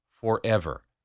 forever